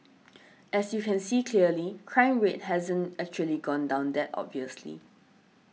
as you can see clearly crime rate hasn't actually gone down that obviously